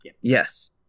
yes